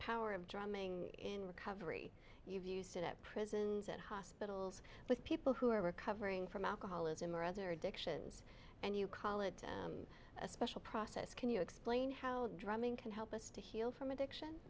power and drumming in recovery you've used it at prisons at hospitals with people who are recovering from alcoholism or other addictions and you call it a special process can you explain how drumming can help us to heal from addiction